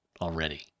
already